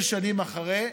עשר שנים אחרי,